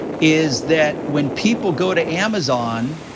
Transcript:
is that when people go to amazon,